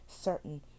certain